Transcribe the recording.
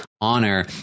honor